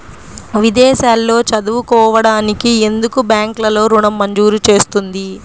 విదేశాల్లో చదువుకోవడానికి ఎందుకు బ్యాంక్లలో ఋణం మంజూరు చేస్తుంది?